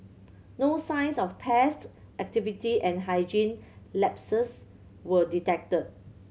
no signs of pest activity and hygiene lapses were detected